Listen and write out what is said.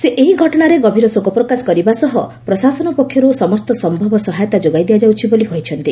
ସେ ଏହି ଘଟଣାରେ ଗଭୀର ଶୋକ ପ୍ରକାଶ କରିବା ସହ ପ୍ରଶାସନ ପକ୍ଷର୍ ସମସ୍ତ ସମ୍ଭବ ସହାୟତା ଯୋଗାଇ ଦିଆଯାଉଛି ବୋଲି କହିଛନ୍ତି